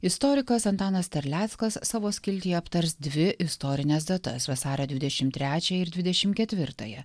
istorikas antanas terleckas savo skiltyje aptars dvi istorines datas vasario dvidešimt trečiąją ir dvidešimt ketvirtąją